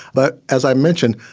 but as i mentioned,